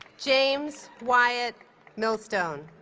james wyatt millstone